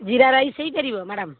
ଜିରା ରାଇସ୍ ହୋଇପାରିବ ମ୍ୟାଡ଼ାମ୍